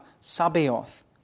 Sabaoth